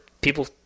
people